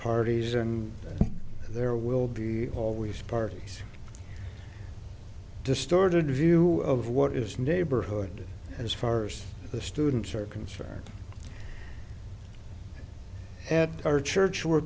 parties and there will be always parties distorted view of what is neighborhood as far as the students are concerned at our church